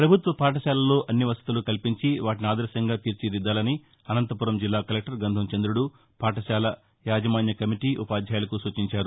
ప్రభుత్వ పాఠశాలల్లో అన్ని వసతులు కల్పించి వాటిని ఆదర్శంగా తీర్చిదిద్దాలని అనంతపురం జిల్లా కలెక్టర్ గంధం చంద్రుడు పాఠశాల యాజమాన్య కమిటీ ఉపాధ్యాయులకు సూచించారు